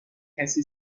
کسی